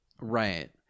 Right